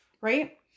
Right